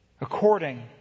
according